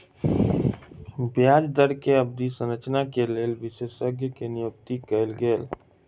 ब्याज दर के अवधि संरचना के लेल विशेषज्ञ के नियुक्ति कयल गेल